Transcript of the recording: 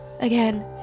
Again